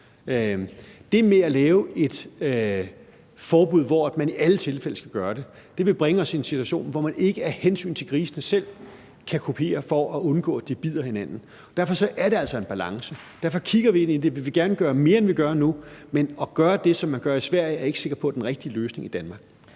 det med at lave et forbud, hvor man i alle tilfælde skal undlade at gøre det, vil bringe os i en situation, hvor man ikke af hensyn til grisene selv kan kupere, for at undgå at de bider hinanden. Derfor er det altså en balance. Derfor kigger vi ind i det; vi vil gerne gøre mere, end vi gør nu. Men at gøre det, som man gør i Sverige, er jeg ikke sikker på er den rigtige løsning i Danmark.